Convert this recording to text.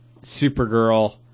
Supergirl